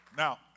Now